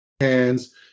hands